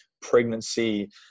pregnancy